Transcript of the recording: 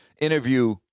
interview